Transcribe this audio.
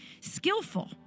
Skillful